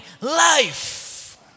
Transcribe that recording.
life